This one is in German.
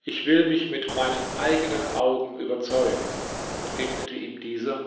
ich will mich mit meinen eigenen augen überzeugen entgegnete ihm dieser